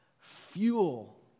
fuel